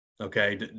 Okay